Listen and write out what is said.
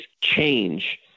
change